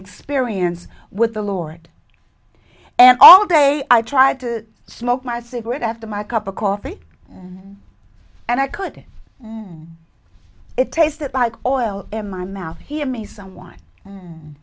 experience with the lord and all day i tried to smoke my cigarette after my cup of coffee and i couldn't it tasted like oil in my mouth he had me someone